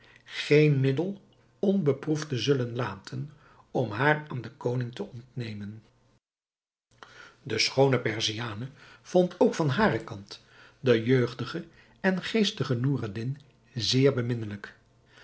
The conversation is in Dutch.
geen middel onbeproefd te zullen laten om haar aan den koning te ontnemen de schoone perziane vond ook van haren kant den jeugdigen en geestigen noureddin zeer beminnelijk